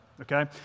okay